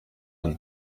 hano